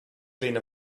lena